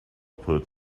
put